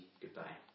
Goodbye